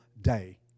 day